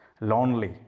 lonely